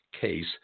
case